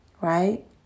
Right